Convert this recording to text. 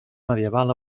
medieval